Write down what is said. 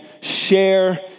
share